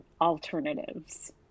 alternatives